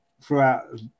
throughout